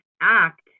Act